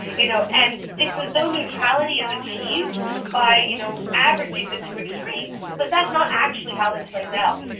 you know and it's as though neutrality is achieved by you know averaging the two extremes. but that's not actually how this plays out.